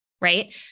right